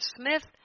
Smith